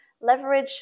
Leverage